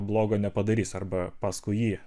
blogo nepadarys arba paskui jį